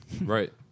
Right